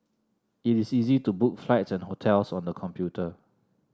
it is easy to book flights and hotels on the computer